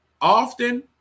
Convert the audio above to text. often